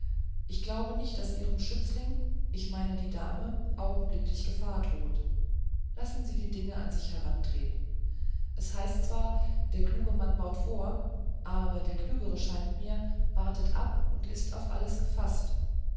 ich glaube nicht daß ihrem schützling ich meine die dame augenblicklich gefahr droht lassen sie die dinge an sich herantreten es heißt zwar der kluge mann baut vor aber der klügere scheint mir wartet ab und ist auf alles gefaßt